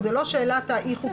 בטח הם הסכימו